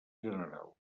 general